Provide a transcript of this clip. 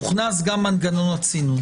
הוכנס גם מנגנון הצינון.